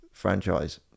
franchise